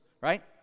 right